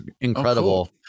incredible